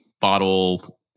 bottle